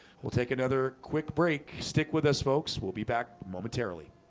we'll take another quick break stick with us folks. we'll be back momentarily